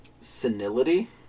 senility